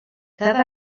cada